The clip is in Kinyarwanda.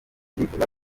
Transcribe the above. ndifuza